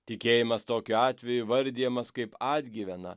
tikėjimas tokiu atveju įvardijamas kaip atgyvena